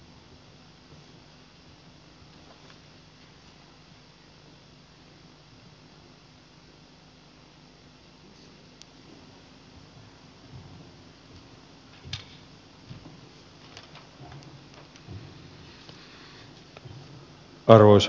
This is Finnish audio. arvoisa puhemies